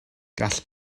gall